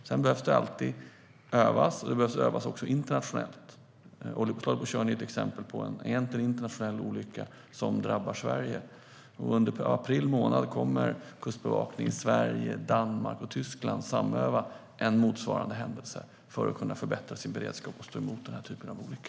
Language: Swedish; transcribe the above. Sedan behöver det alltid övas, och man behöver öva också internationellt. Oljepåslaget på Tjörn är ett exempel på en internationell olycka som har drabbat Sverige. Under april månad kommer kustbevakningarna i Sverige, Danmark och Tyskland att samöva en motsvarande händelse för att kunna förbättra sin beredskapsförmåga att stå emot den här typen av olyckor.